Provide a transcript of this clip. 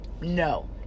No